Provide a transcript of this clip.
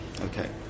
Okay